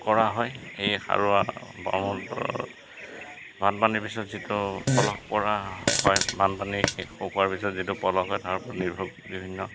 কৰা হয় এই সাৰুৱা ব্ৰহ্মপুত্ৰৰ বানপানীৰ পিছত যিটো পলস কৰা হয় বানপানীৰ শেষ শুকোৱাৰ পিছত যিটো পলস হয় তাৰ ওপৰত নিৰ্ভৰ বিভিন্ন